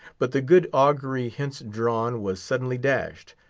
but the good augury hence drawn was suddenly dashed,